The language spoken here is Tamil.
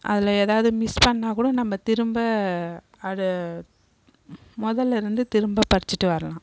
அதில் எதாவது மிஸ் பண்ணிணா கூட நம்ம திரும்ப அதை முதல்ல இருந்து திரும்ப படிச்சிகிட்டு வரலாம்